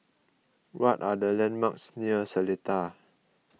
what are the landmarks near Seletar